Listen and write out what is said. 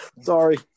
Sorry